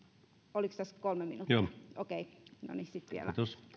oliko tässä kolme minuuttia okei no niin sitten vielä